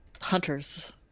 Hunters